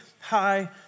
high